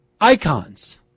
icons